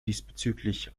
diesbezüglich